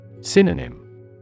Synonym